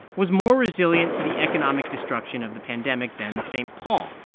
was more resilient to the economic destruction of the pandemic than st. paul.